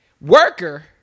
worker